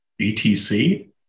BTC